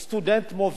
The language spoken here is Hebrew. סטודנט מוביל,